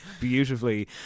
beautifully